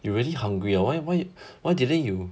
you really hungry ah why why why didn't you